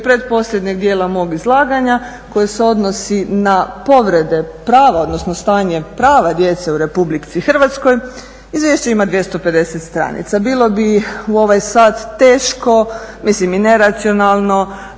pretposljednjeg dijela mog izlaganja koji se odnosi na povrede prava, odnosno stanje prava djece u RH izvješće ima 250 stranica. Bilo bi u ovaj sat teško mislim i neracionalno